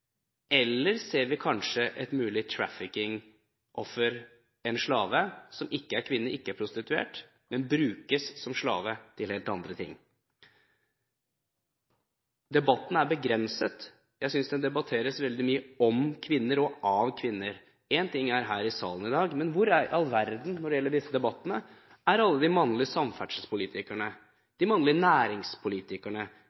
eller ser vi kanskje et mulig traffickingoffer, en slave som ikke er kvinne og ikke er prostituert, men brukes som slave til helt andre ting. Debatten er begrenset. Jeg synes den debatteres veldig mye om kvinner og av kvinner. Én ting er her i salen i dag, men hvor i all verden er alle de mannlige samferdselspolitikerne når det gjelder disse debattene, de mannlige